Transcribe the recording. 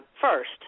first